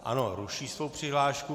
Ano, ruší svoji přihlášku.